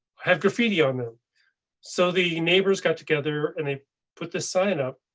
have graffiti on them so the neighbors got together and they put the sign up.